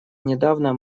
недавно